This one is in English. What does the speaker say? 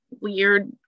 weird